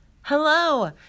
Hello